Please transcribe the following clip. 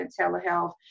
telehealth